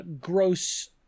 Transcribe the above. gross